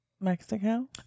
Mexico